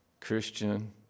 Christian